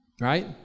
Right